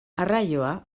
arraioa